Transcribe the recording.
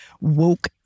woke